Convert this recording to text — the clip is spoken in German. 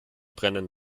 brennen